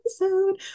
episode